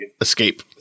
escape